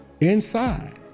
inside